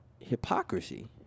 hypocrisy